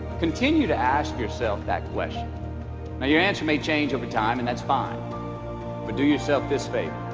continue to ask yourself that question now your answer may change over time and that's fine but do yourself this favor